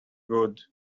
good